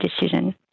decision